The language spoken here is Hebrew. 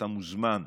אתה מוזמן.